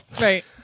right